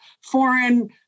foreign